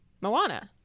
Moana